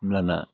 होमब्लाना